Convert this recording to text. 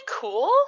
cool